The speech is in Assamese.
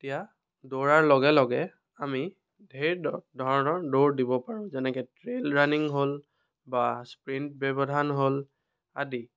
এতিয়া দৌৰাৰ লগে লগে আমি ঢেৰ ধৰ ধৰণৰ দৌৰ দিব পাৰোঁ যেনেকৈ ট্ৰেইল ৰাণিং হ'ল বা স্প্ৰীণ্ট ব্যৱধান হ'ল আদি